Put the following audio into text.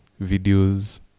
videos